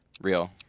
Real